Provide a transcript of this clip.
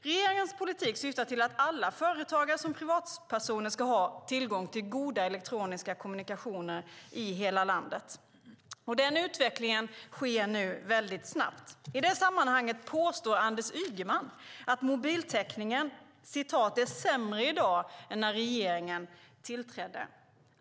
Regeringens politik syftar till att alla företagare och privatpersoner ska ha tillgång till goda elektroniska kommunikationer i hela landet. Utvecklingen sker väldigt snabbt. I det sammanhanget påstår Anders Ygeman att mobiltelefonitäckningen är "sämre i dag än när regeringen tillträdde".